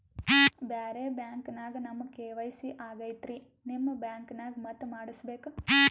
ಬ್ಯಾರೆ ಬ್ಯಾಂಕ ನ್ಯಾಗ ನಮ್ ಕೆ.ವೈ.ಸಿ ಆಗೈತ್ರಿ ನಿಮ್ ಬ್ಯಾಂಕನಾಗ ಮತ್ತ ಮಾಡಸ್ ಬೇಕ?